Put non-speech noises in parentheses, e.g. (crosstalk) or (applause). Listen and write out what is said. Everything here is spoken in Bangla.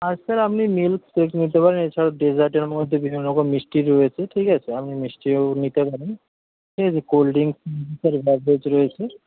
আর স্যার আপনি মিল্ক শেক নিতে পারেন এছাড়াও ডেসার্টের মধ্যে বিভিন্নরকম মিষ্টি রয়েছে ঠিক আছে আপনি মিষ্টিও নিতে পারেন ঠিক আছে কোল্ড ড্রিংকস (unintelligible) রয়েছে